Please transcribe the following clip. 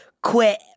Quit